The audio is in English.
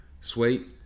sweet